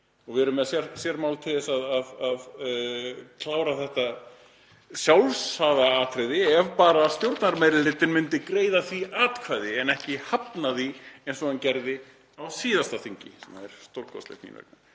og við erum með sér sérmál til þess að klára þetta sjálfsagða atriði ef bara stjórnarmeirihlutinn myndi greiða því atkvæði en ekki hafna því eins og hann gerði á síðasta þingi, sem er stórkostlegt mín vegna.